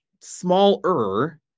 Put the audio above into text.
smaller